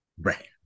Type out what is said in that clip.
Right